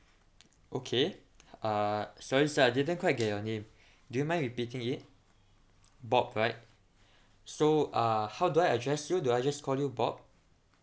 okay uh sorry sir I didn't quite get your name do you mind repeating it bob right so uh how do I address you do I just call you bob